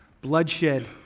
bloodshed